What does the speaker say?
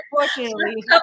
Unfortunately